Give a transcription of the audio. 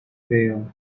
fail